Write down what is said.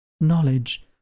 knowledge